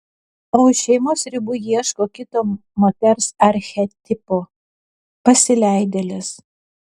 o už šeimos ribų ieško kito moters archetipo pasileidėlės